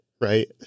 right